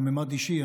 בממד האישי,